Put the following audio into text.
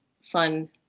fun